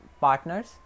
partners